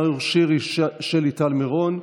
נאור שירי ושלי טל מירון,